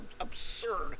absurd